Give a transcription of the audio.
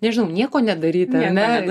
nežinau nieko nedaryti ar ne